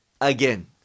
again